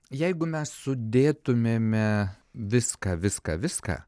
jeigu mes sudėtumėme viską viską viską